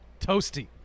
toasty